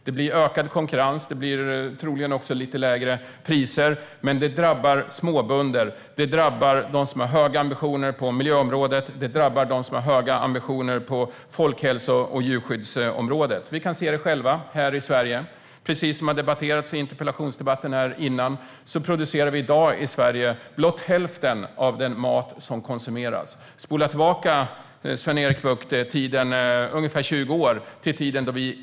Det blir ökad konkurrens och troligen också lite lägre priser, men det drabbar småbönder och dem som har höga ambitioner på miljö-, folkhälso eller djurskyddsområdet. Vi kan se det själva här i Sverige. Precis som har framhållits i den föregående interpellationsdebatten producerar vi i dag i Sverige blott hälften av den mat som konsumeras i vårt land.